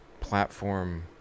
platform